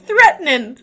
Threatening